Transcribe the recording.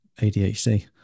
adhd